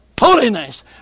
holiness